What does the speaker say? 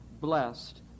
blessed